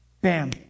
Bam